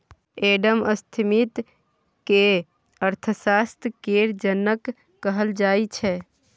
Adam Smith केँ अर्थशास्त्र केर जनक कहल जाइ छै